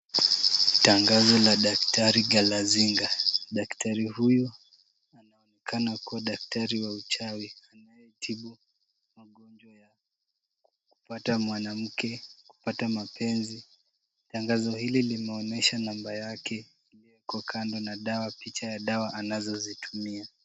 Tangazo la daktari kalazinga. Daktari huyu anaonekana kuwa daktari wa uchawi anayetibu magonjwa ya kupata mwanamke, kupata mapenzi. Tangazo hili limeonyesha namba yake iko kando ya picha ya dawa anazotumia.